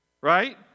Right